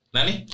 Nani